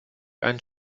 einen